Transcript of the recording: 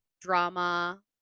drama